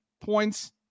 points